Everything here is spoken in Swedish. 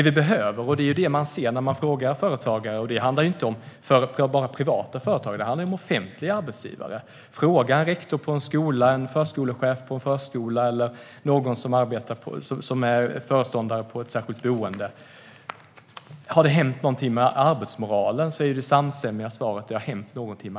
Vi kan fråga såväl privata som offentliga arbetsgivare - en rektor på en skola, en förskolechef eller en föreståndare på ett särskilt boende - om det har hänt något med arbetsmoralen. Det samstämmiga svaret är ja.